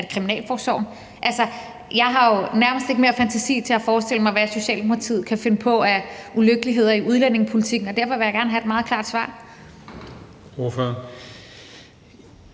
det Kriminalforsorgen? Jeg har jo nærmest ikke længere fantasi til at forestille mig, hvad Socialdemokratiet kan finde på af ulyksaligheder i udlændingepolitikken, og derfor vil jeg gerne have et meget klart svar.